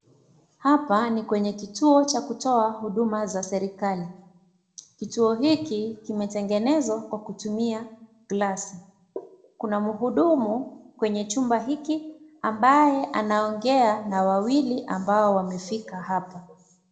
Hapa ni kwenye kituo cha kutoa huduma za serikali. Kituo hiki kimetengenezwa kwa kutumia glasi. Kuna mhudumu kwenye chumba hiki ambaye anaongea na wawili ambao wamefika hapa.